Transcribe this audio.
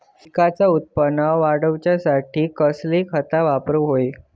पिकाचा उत्पन वाढवूच्यासाठी कसली खता वापरूक होई?